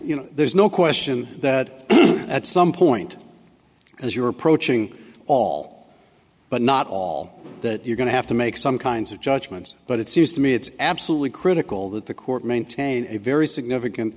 you know there's no question that at some point as you're approaching all but not all that you're going to have to make some kinds of judgments but it seems to me it's absolutely critical that the court maintain a very significant